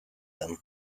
them